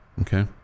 Okay